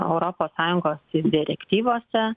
europos sąjungos direktyvose